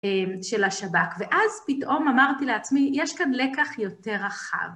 של השב"ב, ואז פתאום אמרתי לעצמי, יש כאן לקח יותר רחב.